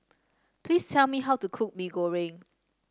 please tell me how to cook Mee Goreng